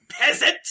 peasant